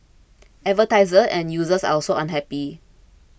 advertisers and users are also unhappy